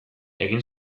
egin